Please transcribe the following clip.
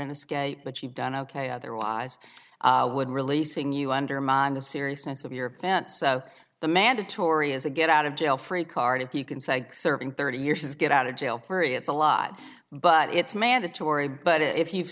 an escape but you've done ok otherwise would releasing you undermine the seriousness of your fence so the mandatory is a get out of jail free card if you can say serving thirty years is get out of jail for it's a lot but it's mandatory but if you've